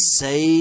say